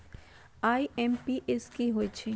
IMPS की होईछइ?